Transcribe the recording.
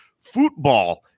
football